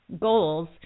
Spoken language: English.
goals